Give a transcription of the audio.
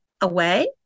away